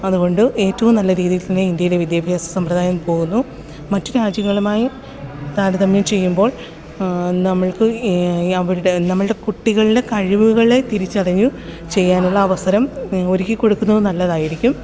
അതുകൊണ്ട് ഏറ്റോം നല്ല രീതിയിൽ തന്നെ ഇന്ത്യയിലെ വിദ്യാഭ്യാസ സമ്പ്രദായം പോകുന്നു മറ്റു രാജ്യങ്ങളുമായി താരതമ്യം ചെയ്യുമ്പോൾ നമ്മൾക്ക് അവരുടെ നമ്മളുടെ കുട്ടികളുടെ കഴിവുകളെ തിരിച്ചറിഞ്ഞ് ചെയ്യാനുള്ള അവസരം ഒരുക്കി കൊടുക്കുന്നത് നല്ലതായിരിക്കും